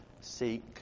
seek